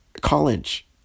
college